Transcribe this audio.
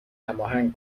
هماهنگ